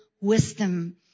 wisdom